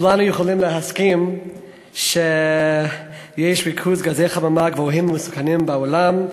כולנו יכולים להסכים שיש בעולם ריכוזים גבוהים ומסוכנים של גזי חממה,